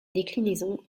déclinaison